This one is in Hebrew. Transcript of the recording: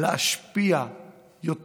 שאפשר להשפיע יותר.